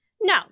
No